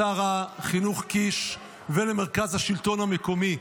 לשר החינוך קיש ולמרכז השלטון המקומי,